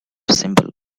symbol